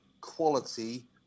quality